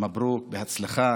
מברוכ, בהצלחה.